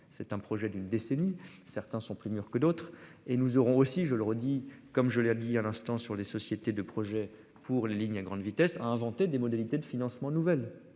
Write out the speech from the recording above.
C'est un projet d'une décennie. Certains sont plus mûrs que d'autres et nous aurons aussi, je le redis comme je l'ai dit à l'instant sur les sociétés de projets pour la ligne à grande vitesse à inventer des modalités de financement nouvelles,